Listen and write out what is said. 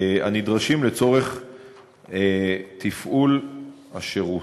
הנדרשים לצורך תפעול השירות.